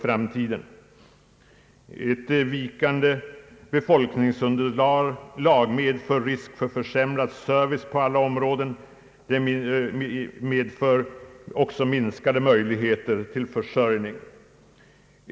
Ett vikande befolkningsunderlag medför minskade möjligheter till försörjning och risk för försämrad service på alla områden.